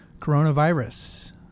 coronavirus